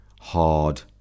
hard